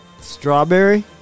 Strawberry